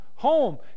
home